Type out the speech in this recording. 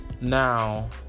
Now